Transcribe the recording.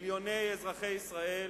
מיליוני אזרחי ישראל